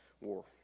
war